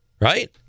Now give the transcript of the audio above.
Right